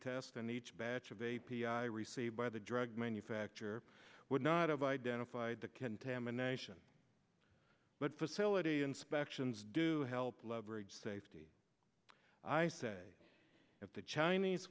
test in each batch of a p i received by the drug manufacturer would not have identified the contamination but facility inspections do help leverage safety i say at the chinese